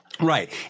Right